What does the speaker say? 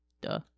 Duh